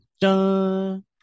dun